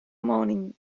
morning